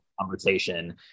conversation